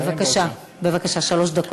אז בבקשה, שלוש דקות.